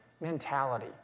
mentality